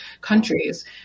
countries